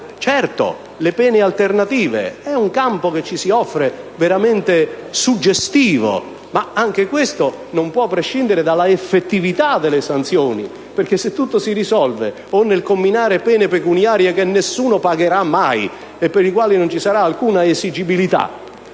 delle pene alternative rappresenta un campo veramente suggestivo; anch'esso, però, non può prescindere dall'effettività delle sanzioni perché, se tutto si risolverà nel comminare pene pecuniarie che nessuno pagherà mai e per le quali non vi sarà alcuna esigibilità,